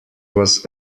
was